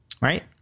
right